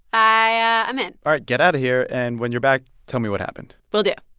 i ah i'm in all right. get out of here. and when you're back, tell me what happened will do